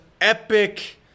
epic